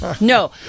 No